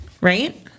Right